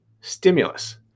stimulus